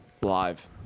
Live